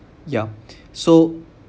ya so